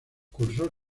cursó